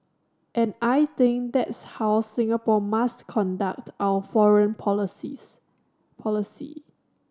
and I think that's how Singapore must conduct our foreign policies policy